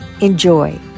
Enjoy